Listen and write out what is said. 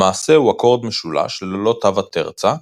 למעשה הוא אקורד משולש ללא תו הטרצה,